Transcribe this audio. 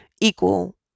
equal